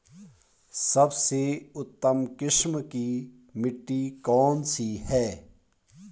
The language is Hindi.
सबसे उत्तम किस्म की मिट्टी कौन सी है?